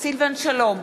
סילבן שלום,